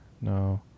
No